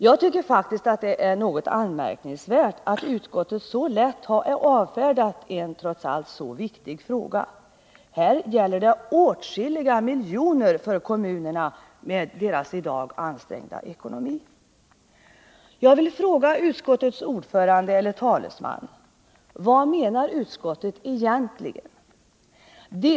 Jag tycker faktiskt att det är anmärkningsvärt att utskottet så lätt har avfärdat en trots allt viktig fråga. Här gäller det åtskilliga miljoner för kommunerna med deras i dag ansträngda ekonomi. Jag vill fråga utskottets talesman vad utskottet egentligen menar.